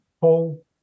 Paul